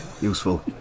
Useful